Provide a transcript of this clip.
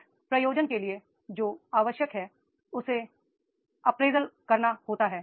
इस प्रयोजन के लिए जो आवश्यक होता है उसे अप्रेजल करना होता है